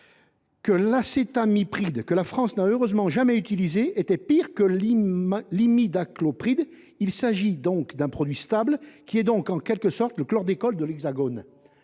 :« L’acétamipride, que la France n’a heureusement jamais utilisé, est pire que l’imidaclopride. Il s’agit d’un produit stable qui est donc en quelque sorte le “chlordécone de l’Hexagone”